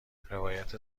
روایت